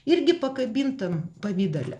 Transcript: irgi pakabintam pavidale